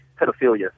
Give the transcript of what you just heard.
pedophilia